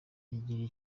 yigirira